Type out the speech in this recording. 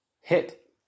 hit